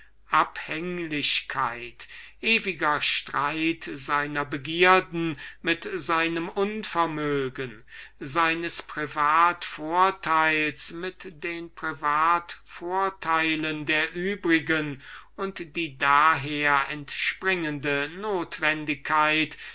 währende kontrast seiner begierden mit seinem unvermögen seines privat vorteils mit den privat vorteilen der übrigen die daher entspringende